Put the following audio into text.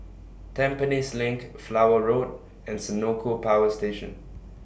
Tampines LINK Flower Road and Senoko Power Station